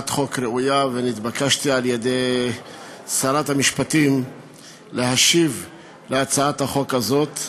ונתבקשתי על-ידי שרת המשפטים להשיב על הצעת החוק הזאת,